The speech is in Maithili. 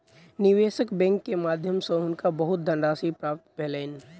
निवेशक बैंक के माध्यम सॅ हुनका बहुत धनराशि प्राप्त भेलैन